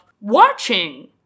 watching